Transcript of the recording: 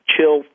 chill